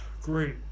Great